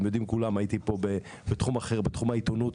הייתי עיתונאי,